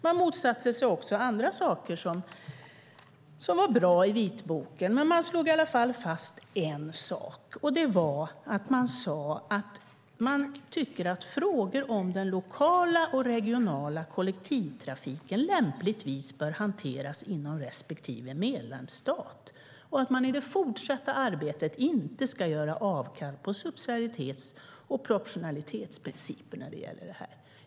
Man motsatte sig också andra saker som var bra i vitboken, men man slog i alla fall fast en sak: Man sade att man tycker att frågor om den lokala och regionala kollektivtrafiken lämpligen bör hanteras inom respektive medlemsstat och att det i det fortsatta arbetet inte ska göras avkall på subsidiaritets och proportionalitetsprincipen när det gäller detta.